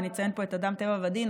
ואני אציין פה את אדם טבע ודין,